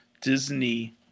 Disney